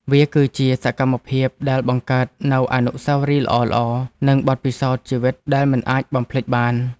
វាគឺជាសកម្មភាពដែលបង្កើតនូវអនុស្សាវរីយ៍ល្អៗ និងបទពិសោធន៍ជីវិតដែលមិនអាចបំភ្លេចបាន។